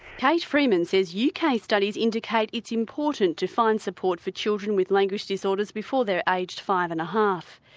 kate freeman says uk yeah kind of studies indicate it's important to find support for children with language disorders before they are aged five and a half,